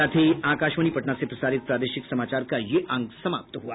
इसके साथ ही आकाशवाणी पटना से प्रसारित प्रादेशिक समाचार का ये अंक समाप्त हुआ